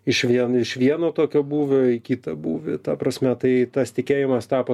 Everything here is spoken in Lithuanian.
išvien iš vieno tokio būvio į kitą būvį ta prasme tai tas tikėjimas tapo